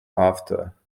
after